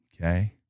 Okay